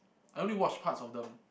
I only watch parts of them